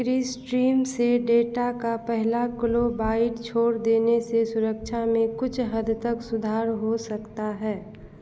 keystream से data का पहला क्लोबाइट छोड़ देने से सुरक्षा में कुछ हद तक सुधार हो सकता है